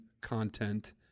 content